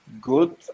good